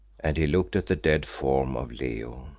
and he looked at the dead form of leo.